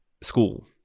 school